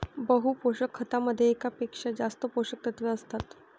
बहु पोषक खतामध्ये एकापेक्षा जास्त पोषकतत्वे असतात